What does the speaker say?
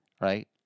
right